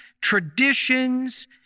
traditions